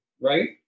right